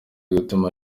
gutuma